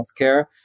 healthcare